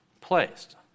placed